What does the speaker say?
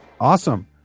Awesome